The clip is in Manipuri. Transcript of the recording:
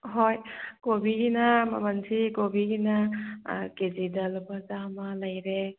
ꯍꯣꯏ ꯀꯣꯕꯤꯒꯤꯅ ꯃꯃꯜꯁꯤ ꯀꯣꯕꯤꯒꯤꯅ ꯀꯦꯖꯤꯗ ꯂꯨꯄꯥ ꯆꯥꯃ ꯂꯩꯔꯦ